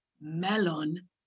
melon